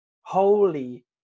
holy